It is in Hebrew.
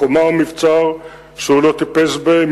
חומה ומבצר שהוא לא טיפס בהם,